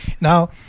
Now